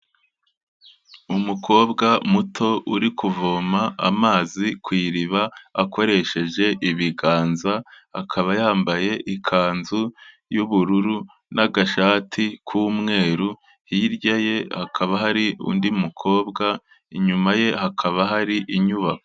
Umukobwa muto, uri kuvoma amazi ku iriba akoresheje ibiganza, akaba yambaye ikanzu y'ubururu n'agashati k'umweru, hirya ye hakaba hari undi mukobwa, inyuma ye hakaba hari inyubako.